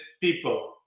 people